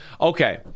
Okay